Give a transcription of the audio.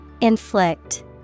Inflict